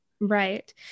Right